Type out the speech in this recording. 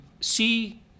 see